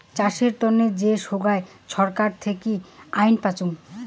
চাষের তন্ন যে সোগায় ছরকার থাকি আইন পাইচুঙ